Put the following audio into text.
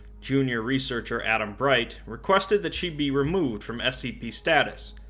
junior researcher adam bright requested that she be removed from scp status,